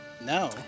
No